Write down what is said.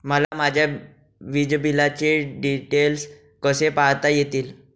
मला माझ्या वीजबिलाचे डिटेल्स कसे पाहता येतील?